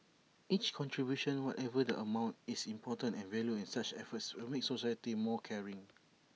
each contribution whatever the amount is important and valued and such efforts will make society more caring